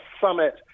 summit